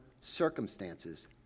circumstances